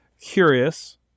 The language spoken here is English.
curious